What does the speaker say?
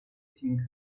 ziehen